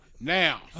now